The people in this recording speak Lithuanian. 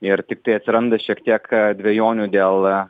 ir tiktai atsiranda šiek tiek dvejonių dėl